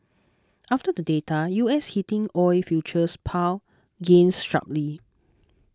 after the data U S heating oil futures pared gains sharply